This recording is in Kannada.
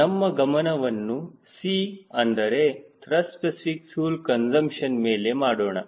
ನಮ್ಮ ಗಮನವನ್ನು C ಅಂದರೆ ತ್ರಸ್ಟ್ ಸ್ಪೆಸಿಫಿಕ್ ಫ್ಯೂಲ್ ಕನ್ಸುಂಪ್ಷನ್ ಮೇಲೆ ಮಾಡೋಣ